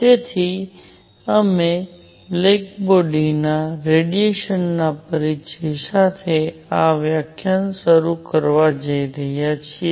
તેથી અમે બ્લેક બોડીના રેડીએશનના પરિચય સાથે આ વ્યાખ્યાન શરૂ કરવા જઈ રહ્યા છીએ